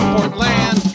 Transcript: Portland